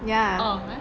ya